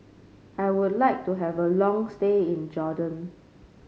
I would like to have a long stay in Jordan